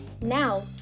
Now